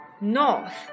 north